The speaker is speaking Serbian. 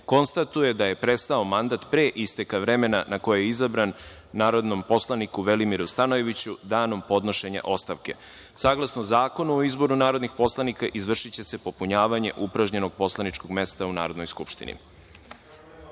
konstatuje da je prestao mandat, pre isteka vremena na koje je izabran, narodnom poslaniku Velimiru Stanojeviću danom podnošenja ostavke. Saglasno Zakonu o izboru narodnih poslanika, izvršiće se popunjavanje upražnjenog poslaničkog mesta u Narodnoj skupštini. Gospodine